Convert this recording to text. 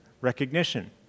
recognition